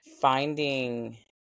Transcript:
Finding